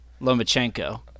Lomachenko